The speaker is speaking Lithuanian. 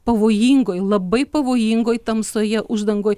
pavojingoj labai pavojingoj tamsoje uždangoj